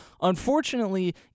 Unfortunately